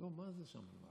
לא, מה זה שם?